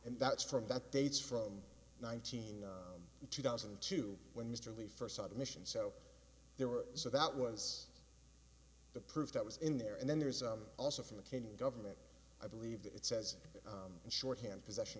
and that's from that dates from nineteen two thousand and two when mr lee first saw the mission so there were so that was the proof that was in there and then there's also from the kenyan government i believe that it says in shorthand possession